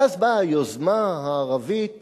ואז באה היוזמה הערבית,